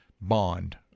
bond